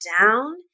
down